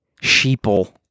sheeple